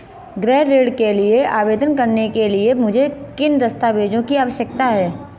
गृह ऋण के लिए आवेदन करने के लिए मुझे किन दस्तावेज़ों की आवश्यकता है?